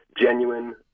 genuine